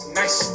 nice